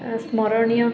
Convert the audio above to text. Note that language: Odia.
ଏଁ ସ୍ମରଣୀୟ